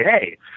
hey